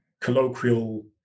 colloquial